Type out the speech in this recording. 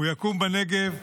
הוא יקום בנגב,